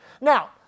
Now